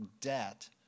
debt